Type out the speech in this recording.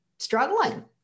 Struggling